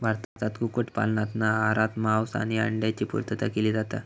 भारतात कुक्कुट पालनातना आहारात मांस आणि अंड्यांची पुर्तता केली जाता